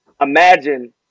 imagine